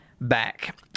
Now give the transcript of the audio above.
back